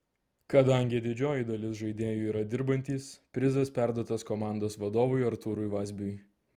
kadangi didžioji dalis žaidėjų yra dirbantys prizas perduotas komandos vadovui artūrui vazbiui